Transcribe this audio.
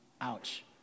Ouch